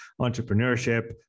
entrepreneurship